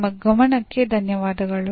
ನಿಮ್ಮ ಗಮನಕ್ಕೆ ಧನ್ಯವಾದಗಳು